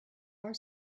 our